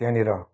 त्यहाँनिर